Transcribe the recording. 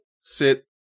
sit